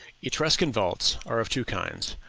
etruscan vaults are of two kinds.